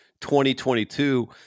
2022